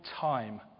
time